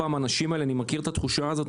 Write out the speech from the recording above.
אני מכיר את התחושה הזאת,